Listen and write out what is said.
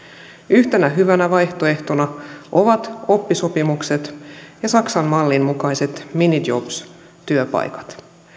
yhtenä hyvänä vaihtoehtona ovat oppisopimukset ja saksan mallin mukaiset minijob työpaikat